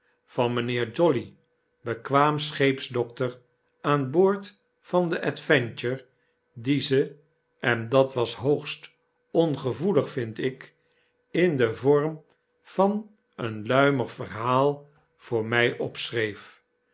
van mijnheer jolly bekwaam scheepsdokter aan boord van de adventure die ze en dat was hoogst ongevoelig vind ik in den vorm van een luimig verhaal voor my